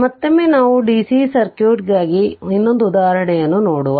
ಮತ್ತೊಮ್ಮೆ ನಾವು ಡಿಸಿ ಸರ್ಕ್ಯೂಟ್ಗಾಗಿ ಮತ್ತೊಂದು ಉದಾಹರಣೆ ನೋಡುವ